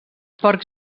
porcs